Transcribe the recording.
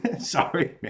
sorry